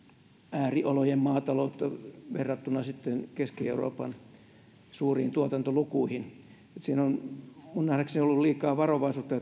ääriolojen maataloutta verrattuna keski euroopan suuriin tuotantolukuihin minun nähdäkseni on ollut liikaa varovaisuutta